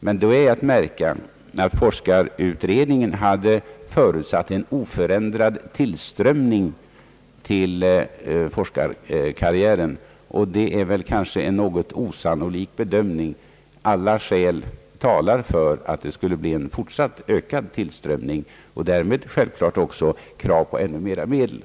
Men då är att märka att forskarutredningen hade förutsett en oförändrad tillströmning till forskarkarriären, och det är kanske en något osannolik bedömning. Alla skäl talar för att det skall bli en fortsatt ökad tillströmning och därmed självfallet också krav på ännu mera medel.